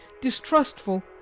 distrustful